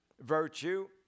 virtue